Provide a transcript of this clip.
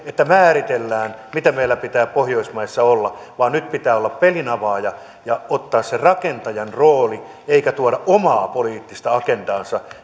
että määritellään mitä meillä pitää pohjoismaissa olla vaan nyt pitää olla pelinavaaja ja ottaa se rakentajan rooli eikä tuoda omaa poliittista agendaansa